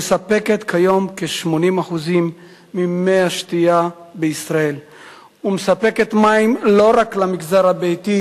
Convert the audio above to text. מספקת כיום כ-80% ממי השתייה בישראל ומספקת מים לא רק למגזר הביתי,